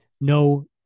No